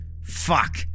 Fuck